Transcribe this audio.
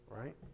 right